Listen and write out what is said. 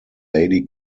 lady